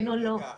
כן או לא?